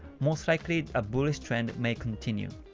most likely a bullish trend may continue.